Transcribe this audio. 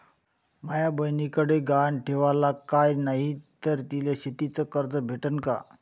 माया बयनीकडे गहान ठेवाला काय नाही तर तिले शेतीच कर्ज भेटन का?